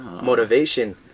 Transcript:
motivation